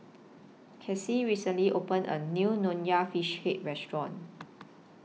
Crissie recently opened A New Nonya Fish Head Restaurant